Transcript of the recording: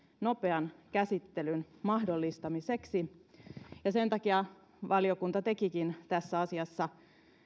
nopean käsittelyn mahdollistamiseksi sen takia valiokunta tekikin tässä asiassa